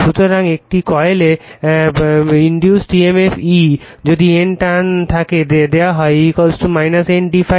সুতরাং একটি কয়েলে প্রবর্তিত emf E যদি N ট্রান থাকে দেওয়া হয় E N d∅dt